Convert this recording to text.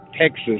Texas